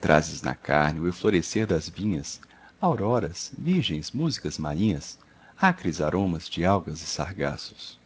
trazes na carne o eflorescer das vinhas auroras virgens musicas marinhas acres aromas de algas e